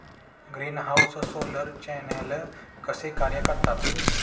Greenhouse solar channel कसे कार्य करतात?